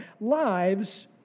lives